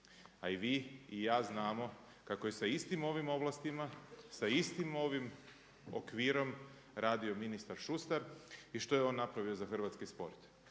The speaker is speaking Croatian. A i vi i ja znamo kako je sa istim ovim ovlastima, sa istim ovim okvirom radio ministar Šustar i što je on napravio za hrvatski sport.